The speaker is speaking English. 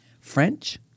French